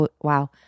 Wow